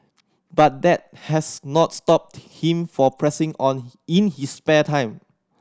but that has not stopped him for pressing on in his spare time